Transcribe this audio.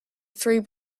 three